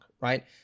right